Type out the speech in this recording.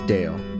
Dale